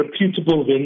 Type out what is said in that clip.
reputable